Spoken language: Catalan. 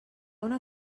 una